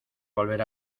volver